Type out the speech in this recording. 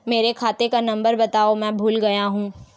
मेरे खाते का नंबर बताओ मैं भूल गया हूं